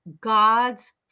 God's